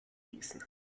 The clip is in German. lesen